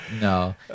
No